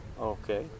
Okay